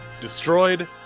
destroyed